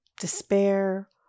despair